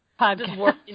Podcast